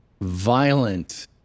violent